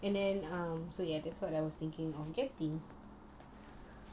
and then um